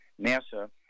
NASA